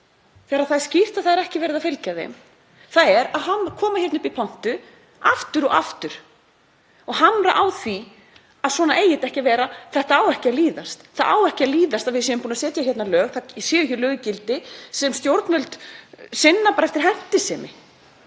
þegar það er skýrt að það er ekki verið að fylgja þeim, er að koma hingað upp í pontu aftur og aftur og hamra á því að svona eigi þetta ekki að vera, þetta eigi ekki að líðast. Það á ekki að líðast að við séum búin að setja lög, það séu lög í gildi sem stjórnvöld sinna bara eftir hentisemi.